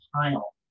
pile